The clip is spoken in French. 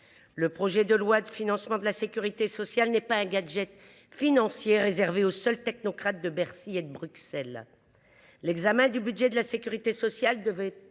Le projet de loi de financement de la sécurité sociale n’est pas un gadget financier réservé aux seuls technocrates de Bercy et de Bruxelles. L’examen du budget de la sécurité sociale devrait